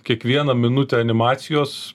kiekvieną minutę animacijos